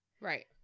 Right